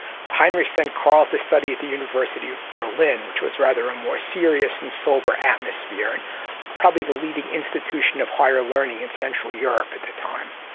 heinrich sent karl to study at the university of berlin which was rather a more serious and sober atmosphere, and probably the leading institution of higher learning in central europe at the time.